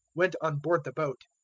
went on board the boat,